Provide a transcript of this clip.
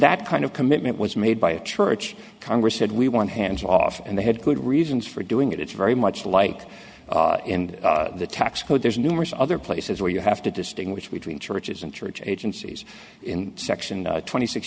that kind of commitment was made by a church congress said we want hands off and they had good reasons for doing it it's very much like in the tax code there's numerous other places where you have to distinguish between churches and church agencies in section twenty six